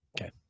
Okay